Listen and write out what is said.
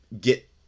get